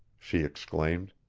she exclaimed.